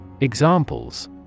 Examples